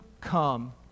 come